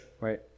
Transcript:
right